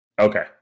Okay